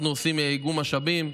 אנחנו עושים איגום משאבים.